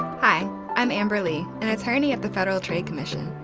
hi i'm amber lee an attorney at the federal trade commission.